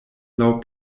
laŭ